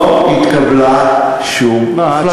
לא התקבלה שום החלטה.